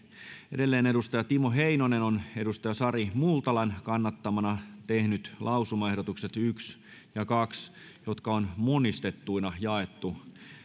edelleen timo heinonen on sari multalan kannattamana tehnyt lausumaehdotukset yksi ja kaksi jotka on monistettuina jaettu